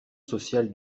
social